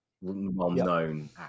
well-known